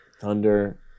thunder